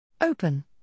Open